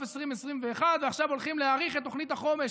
2021. עכשיו הולכים להאריך את תוכנית החומש